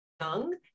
young